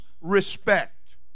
respect